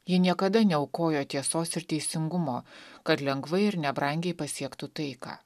ji niekada neaukojo tiesos ir teisingumo kad lengvai ir nebrangiai pasiektų taiką